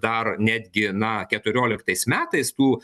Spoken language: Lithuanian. dar netgi na keturioliktais metais tų